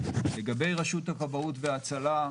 לגבי רשות הכבאות וההצלה,